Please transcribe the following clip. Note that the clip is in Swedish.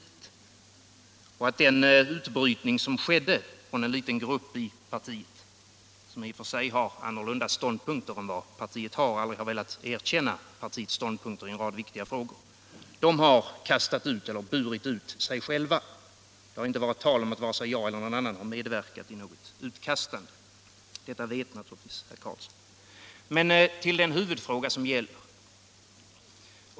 Det har skett en utbrytning av en liten grupp i partiet, som haft — Nr 107 en annorlunda ståndpunkt än partiet och inte velat erkänna partiets ståndpunkt i en rad viktiga frågor. Men denna grupp har brutit ut sig själv. Det har inte varit tal om att vare sig jag eller någon annan medverkat I i något utkastande. Detta vet naturligtvis herr Carlsson. Särskilt tillstånd att Men till den huvudfråga som det gäller!